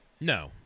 No